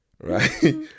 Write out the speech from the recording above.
Right